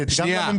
עם